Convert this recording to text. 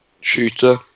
shooter